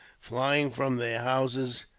flying from their houses